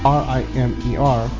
r-i-m-e-r